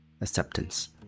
acceptance